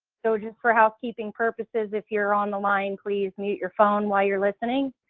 so just for housekeeping purposes if you're on the line please mute your phone while you're listening.